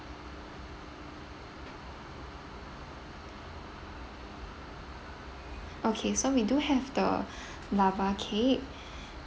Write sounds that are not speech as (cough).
okay so we do have the (breath) lava cake (breath)